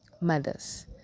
mothers